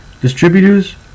Distributors